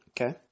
Okay